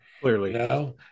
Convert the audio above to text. clearly